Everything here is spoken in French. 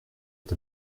est